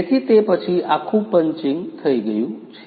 તેથી તે પછી આખું પંચિંગ થઈ ગયું છે